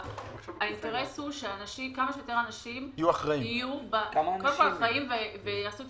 האינטרס הוא שכמה שיותר אנשים יהיו אחראים ויעשו את